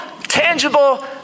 tangible